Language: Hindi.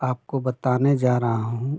आपको बताने जा रहा हूँ